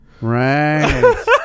Right